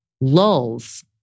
lulls